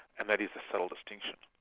and that is the subtle distinction.